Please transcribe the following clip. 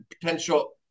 potential